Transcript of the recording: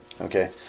okay